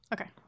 Okay